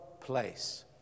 place